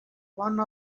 one